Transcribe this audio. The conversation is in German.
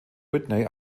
whitney